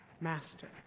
master